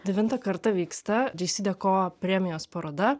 devintą kartą vyksta džeisideko premijos paroda